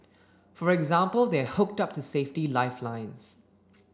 for example they are hooked up to safety lifelines